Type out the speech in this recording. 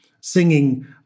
singing